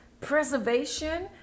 preservation